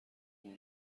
اون